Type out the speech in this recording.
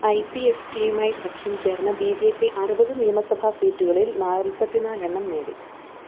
I P F T യുമായി സഖ്യം ചേർന്ന് ബി ജെ പി അറുപത് നിയമസഭാ സീറ്റുകളിൽ നാൽപ്പത്തി നാലെണ്ണം എണ്ണം നേടി